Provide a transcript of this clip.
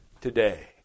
today